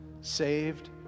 saved